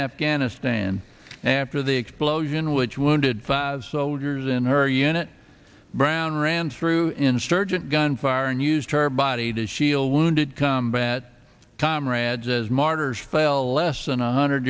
afghanistan after the explosion which wounded soldiers in her unit brown ran through insurgent gunfire and used her body to she'll wounded combat comrades as martyrs fell less than a hundred